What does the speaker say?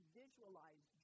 visualize